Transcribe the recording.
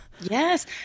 Yes